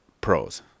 pros